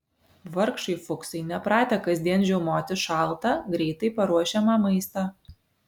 vargšai fuksai nepratę kasdien žiaumoti šaltą greitai paruošiamą maistą